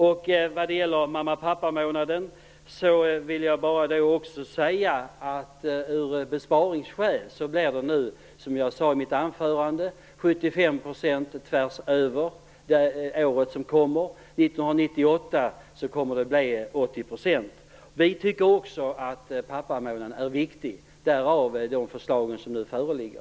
När det gäller mamma och pappamånaderna vill jag bara säga att det av besparingsskäl nu blir 75 % tvärsöver under året som kommer, som jag sade i mitt anförande. 1998 kommer det att bli 80 %. Vi tycker också att pappamånaden är viktig - därav de förslag som nu föreligger.